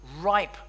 ripe